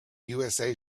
usa